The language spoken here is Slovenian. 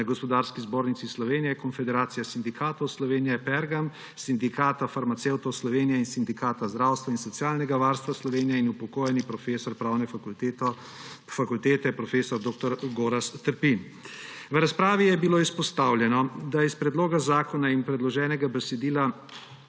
na Gospodarski zbornici Slovenije, Konfederacije sindikatov Slovenje Pergam, Sindikata farmacevtov Slovenije in Sindikata zdravstva in socialnega varstva Slovenije in upokojeni profesor pravne fakultete prof. dr. Gorazd Trpin. V razpravi je bilo izpostavljeno, da je iz predloga zakona in predloženega besedila